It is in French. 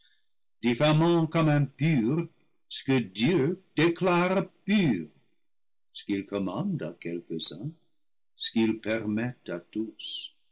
l'innocence diffamant comme impur ce que dieu déclare pur ce qu'il commande à quelques-uns ce qu'il permet à tous